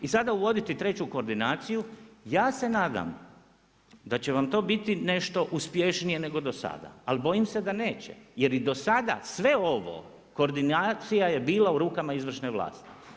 I sada uvoditi treću koordinaciju, ja se nadam da će vam to biti nešto uspješnije nego do sada ali bojim se da neće jer i do sada sve ovo, koordinacija je bila u rukama izvršne vlasti.